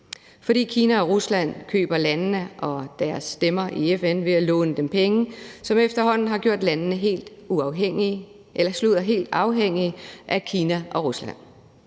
fordi Kina og Rusland køber landene og deres stemmer i FN ved at låne dem penge, hvilket efterhånden har gjort landene helt afhængige af Kina og Rusland.